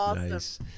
nice